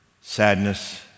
sadness